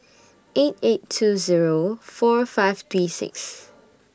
eight eight two Zero four five three six